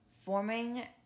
forming